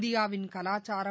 இந்தியாவின் கலாச்சாரம்